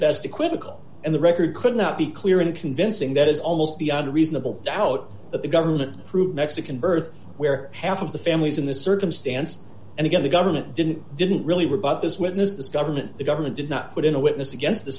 equivocal and the record could not be clear and convincing that is almost beyond reasonable doubt that the government approved mexican birth where half of the families in this circumstance and again the government didn't didn't really were but this witness this government the government did not put in a witness against th